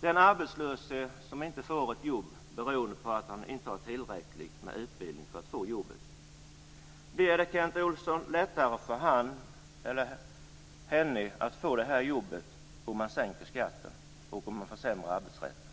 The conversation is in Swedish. Blir det lättare för den arbetslöse som inte får ett jobb, beroende på att han eller hon inte har tillräcklig utbildning för att få jobb, om man sänker skatten och försämrar arbetsrätten?